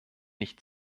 nicht